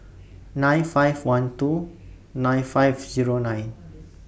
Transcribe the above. nine five one two nine five Zero nine